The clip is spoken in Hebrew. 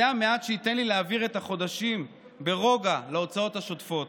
זה המעט שייתן לי להעביר את החודשים ברוגע לגבי ההוצאות השוטפות.